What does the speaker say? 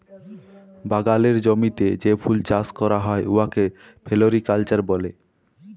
বাগালের জমিতে যে ফুল চাষ ক্যরা হ্যয় উয়াকে ফোলোরিকাল্চার ব্যলে